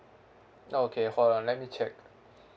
okay hold on let me check